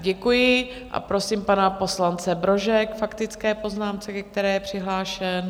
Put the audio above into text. Děkuji a prosím pana poslance Brože k faktické poznámce, ke které je přihlášen.